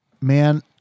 man